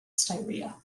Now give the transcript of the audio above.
styria